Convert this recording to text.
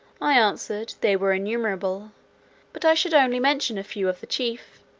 i answered they were innumerable but i should only mention a few of the chief.